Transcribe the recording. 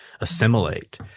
assimilate